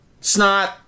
snot